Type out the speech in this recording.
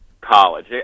college